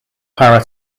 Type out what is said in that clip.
parrot